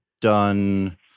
done—